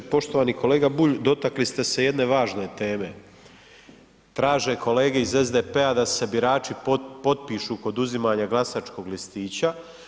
Poštovani kolega Bulj, dotakli ste se jedne važne teme, traže kolege iz SDP-a da se birači potpišu kod uzimanja glasačkog listića.